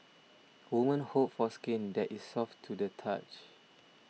women hope for skin that is soft to the touch